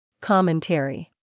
Commentary